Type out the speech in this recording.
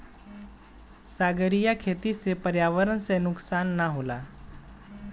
सागरीय खेती से पर्यावरण के नुकसान ना होला